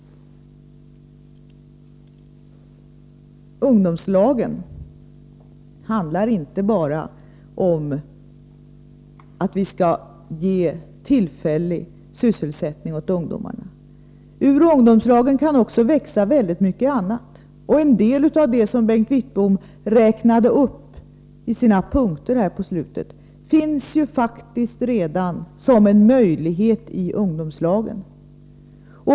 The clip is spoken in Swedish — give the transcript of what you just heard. Ungdomslagen handlar inte bara om att vi skall ge tillfällig sysselsättning åt ungdomarna. Ur ungdomslagen kan också växa mycket annat. En del av det som Bengt Wittbom räknade upp i sina punkter, i slutet av sitt anförande, finns faktiskt redan som en möjlighet i ungdomslagen.